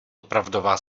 opravdová